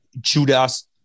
Judas